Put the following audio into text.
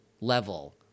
level